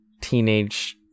teenage